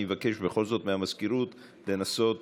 אני מבקש מהמזכירות בכל זאת לנסות